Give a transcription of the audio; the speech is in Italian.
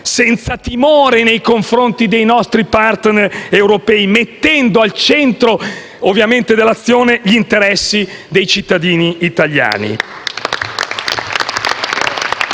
senza timore nei confronti dei nostri *partner* europei, mettendo al centro dell'azione gli interessi dei cittadini italiani.